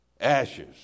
ashes